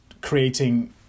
creating